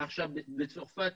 בצרפת